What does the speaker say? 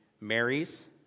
marries